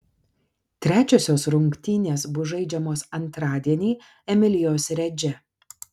trečiosios rungtynės bus žaidžiamos antradienį emilijos redže